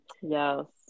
yes